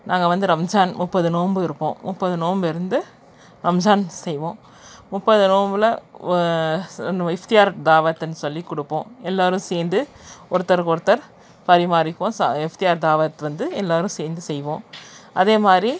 நாங்கள் வந்து ரம்ஜான் முப்பது நோம்பு இருப்போம் முப்பது நோம்பு இருந்து ரம்ஜான் செய்வோம் முப்பது நோம்பில் இஃப்த்தியார் தாவத்துன்னு சொல்லி கொடுப்போம் எல்லோரும் சேர்ந்து ஒருத்தருக்கொருத்தர் பரிமாறிப்போம் சா இஃப்த்தியார் தாவத் வந்து எல்லோரும் சேர்ந்து செய்வோம் அதேமாதிரி